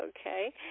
Okay